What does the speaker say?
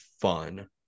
fun